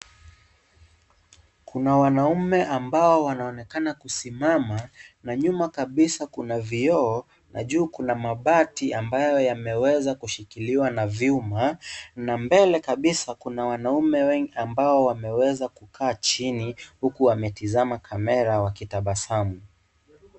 Kuna wanaume ambao wanaonekana kusimama na nyuma kabisaa kuna vioo na juu kina mabati ambayo yameweza kushikiliwa na vyuma na mbele kabisa kuna wanaume wengi ambao wameweza kukaa chini huku wametazama kamera wakitabasamu.